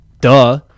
Duh